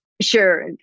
Sure